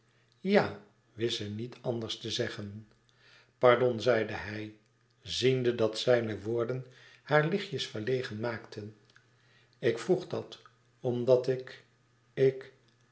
wist ze niet anders te zeggen pardon zeide hij ziende dat zijne woorden haar lichtjes verlegen maakten ik vroeg dat omdat ik ik